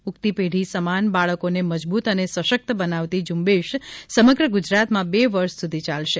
ઊગતી પેઢી સમાન બાળકોને મજબૂત અને સશક્ત બનાવતી ઝુંબેશ સમગ્ર ગુજરાતમાં બે વર્ષ સુધી યાલશે